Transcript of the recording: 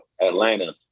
Atlanta